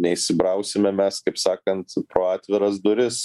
neįsibrausime mes kaip sakant pro atviras duris